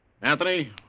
Anthony